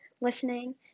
listening